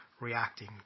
reacting